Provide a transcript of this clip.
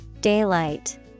Daylight